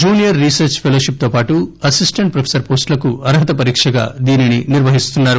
junior research fellowship తో పాటు assistant professor పోస్టులకు అర్హత పరీక్షగా దీనిని నిర్వహిస్తున్నారు